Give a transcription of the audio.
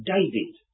David